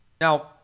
Now